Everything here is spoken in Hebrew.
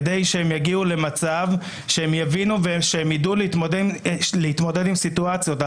כדי שהם יגיעו למצב שהם יבינו והם ידעו להתמודד עם סיטואציות.